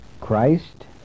Christ